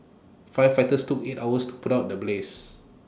firefighters took eight hours to put out the blaze